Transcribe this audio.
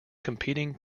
competing